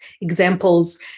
examples